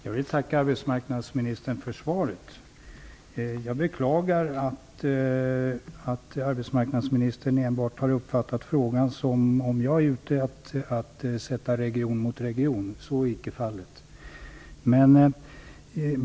Fru talman! Jag vill tacka arbetsmarknadsministern för svaret. Jag beklagar att arbetsmarknadsministern enbart har uppfattat frågan som om jag är ute efter att sätta region mot region. Så är icke fallet.